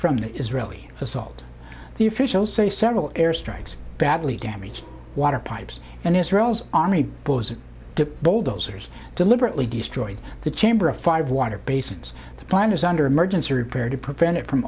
from the israeli assault the officials say several airstrikes badly damaged water pipes and israel's army bows to bulldozers deliberately destroyed the chamber of five water basins the plan is under emergency repair to prevent it from